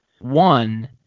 One